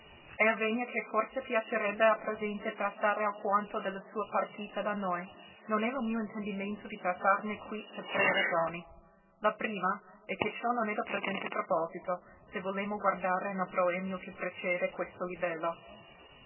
e avvegna che forse piacerebbe a presente trattare alquanto de la sua partita da noi non è lo mio intendimento di trattarne qui per tre ragioni la prima è che ciò non è del presente proposito se volemo guardare nel proemio che precede questo libello